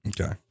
Okay